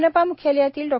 मनपा म्ख्यालयातील डॉ